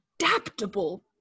adaptable